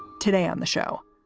today on the show,